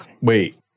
Wait